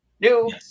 New